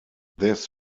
this